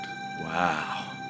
Wow